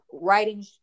writing